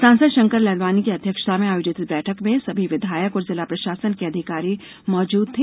सांसद षंकर लालवानी की अध्यक्षता में आयोजित इस बैठक में सभी विधायक और जिला प्रषासन के अधिकारी मौजूद थे